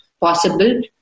possible